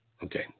Okay